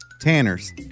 Tanner's